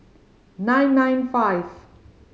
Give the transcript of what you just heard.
nine nine five